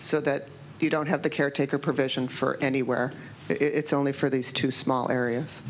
so that you don't have the caretaker provision for anywhere it's only for these two small areas